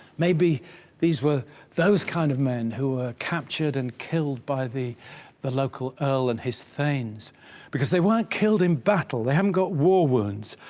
maybe these were those kind of men, who were captured and killed by the the local earl and his thanes because they weren't killed in battle they haven't got war wounds